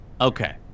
Okay